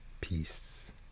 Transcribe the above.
Peace